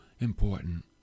important